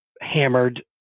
hammered